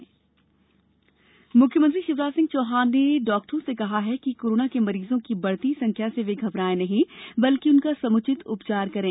CM बैठक मुख्यमंत्री शिवराज सिंह चौहान ने चिकित्सकों से कहा है कि कोरोना के मरीजों की बढ़ती संख्या से वे घबरायें नहीं बल्कि उनका समुचित उपचार करें